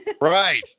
Right